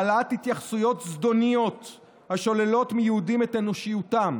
העלאת התייחסויות זדוניות השוללות מיהודים את אנושיותם,